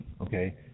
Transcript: Okay